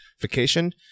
vacation